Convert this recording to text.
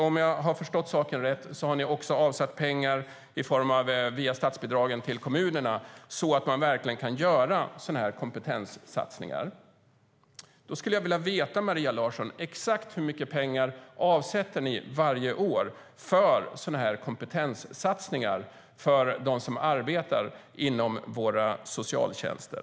Om jag har förstått saken rätt har ni också avsatt pengar via statsbidragen till kommunerna så att de verkligen kan göra kompetenssatsningar. Jag skulle vilja veta, Maria Larsson: Exakt hur mycket pengar avsätter ni varje år för kompetenssatsningar för dem som arbetar inom våra socialtjänster?